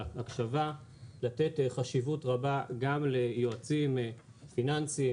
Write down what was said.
ההקשבה לתת חשיבות רבה גם ליועצים פיננסים,